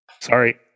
Sorry